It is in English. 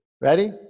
Ready